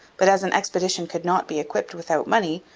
but as an expedition could not be equipped without money,